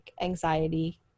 anxiety